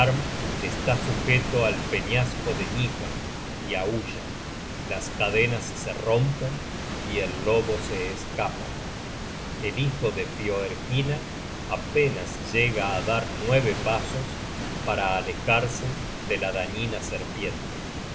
está sujeto al peñasco de gnipa y aulla las cadenas se rompen y el lobo se escapa el hijo de fioergyna apenas llega á dar nueve pasos para alejarse de la dañina serpiente